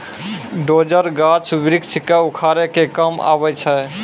dozer, गाछ वृक्ष क उखाड़े के काम आवै छै